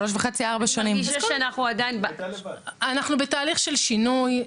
אנחנו בתהליך של שינוי.